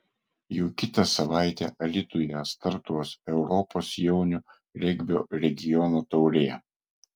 jau kitą savaitę alytuje startuos europos jaunių regbio regionų taurė